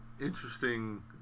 Interesting